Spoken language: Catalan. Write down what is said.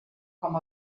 com